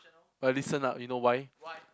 eh listen up you know why